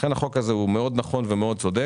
לכן, החוק הזה מאוד נכון ומאוד צודק.